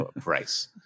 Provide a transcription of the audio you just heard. price